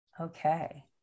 okay